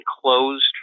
closed